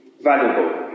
valuable